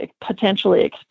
potentially